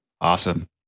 Awesome